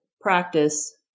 practice